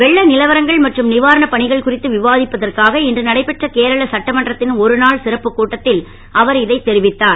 வெள்ள நிலவரங்கள் மற்றும் நிவாரண பணிகள் குறித்து விவாதிப்பதற்காக இன்று நடைபெற்ற கேரள சட்டமன்றத்தின் ஒருநாள் சிறப்பு கூட்டத்தில் அவர் இதை தெரிவித்தார்